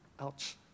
ouch